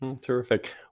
Terrific